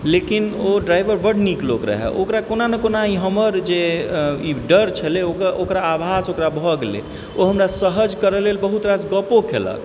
लेकिन ओ ड्राइवर बड़ नीक लोक रहै ओकरा कोना ने कोना ई हमर जे ई डर छलै ओकर ओकरा आभास ओकरा भए गेलै ओ हमरा सहज करै लेल बहुत रास गप्पो केलक